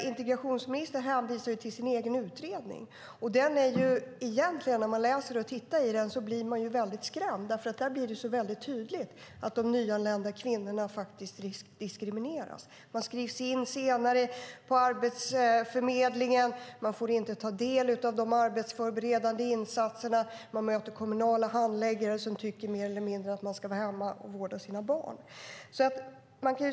Integrationsministern hänvisar till sin egen utredning. När man läser den blir man skrämd, för det blir så tydligt att de nyanlända kvinnorna diskrimineras. De skrivs in senare på Arbetsförmedlingen, de får inte ta del av de arbetsförberedande insatserna och de möter kommunala handläggare som tycker att de mer eller mindre ska vara hemma och vårda sina barn.